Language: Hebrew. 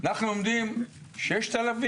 אנחנו עומדים על 5,000,